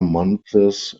months